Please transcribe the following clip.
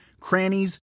crannies